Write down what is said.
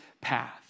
path